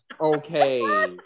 Okay